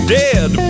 dead